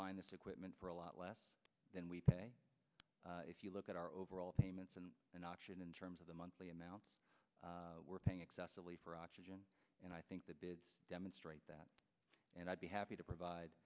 find this equipment for a lot less than we pay if you look at our overall payments and an auction in terms of the monthly amount we're paying excessively for oxygen and i think that demonstrate that and i'd be happy to provide